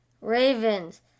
Ravens